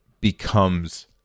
becomes